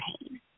pain